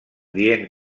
dient